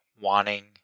wanting